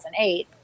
2008